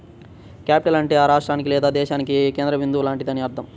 capital అంటే ఆ రాష్ట్రానికి లేదా దేశానికి కేంద్ర బిందువు లాంటిదని అర్థం